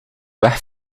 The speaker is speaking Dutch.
weg